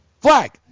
Flag